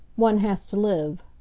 one has to live.